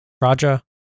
Raja